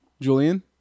Julian